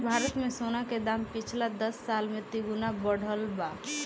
भारत मे सोना के दाम पिछला दस साल मे तीन गुना बढ़ल बा